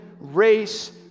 race